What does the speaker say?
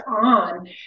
on